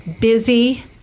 Busy